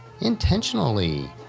intentionally